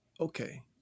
Okay